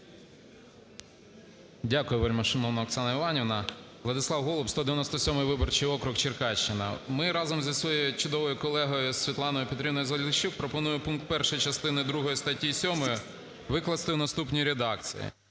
Дякую. Вельмишановна Оксана Іванівна! Владислав Голуб, 197 виборчий округ, Черкащина. Ми разом зі своєю чудовою колегою Світланою ПетрівноюЗаліщук пропонуємо пункт 1 частини другої статті 7 викласти в наступній редакції,